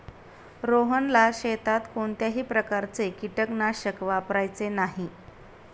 रोहनला शेतात कोणत्याही प्रकारचे कीटकनाशक वापरायचे नाही